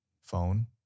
phone